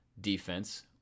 defense